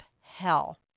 hell